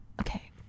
okay